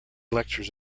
lectures